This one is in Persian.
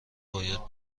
باید